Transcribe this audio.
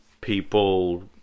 people